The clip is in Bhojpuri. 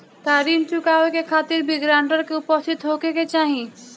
का ऋण चुकावे के खातिर भी ग्रानटर के उपस्थित होखे के चाही?